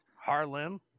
Harlem